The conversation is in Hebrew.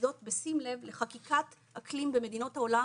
וזאת בשים לב לחקיקת אקלים במדינות העולם